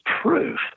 proof